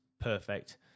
Perfect